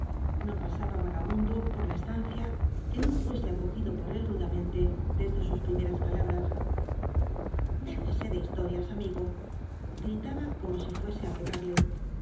no pasaba vagabundo por la estancia que no fuese acogido por él rudamente desde sus primeras palabras déjese de historias amigo gritaba como si fuee á pegarle